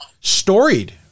storied